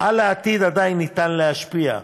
על העתיד עדיין ניתן להשפיע,